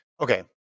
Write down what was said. Okay